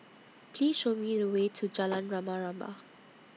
Please Show Me The Way to Jalan Rama Rama